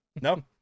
no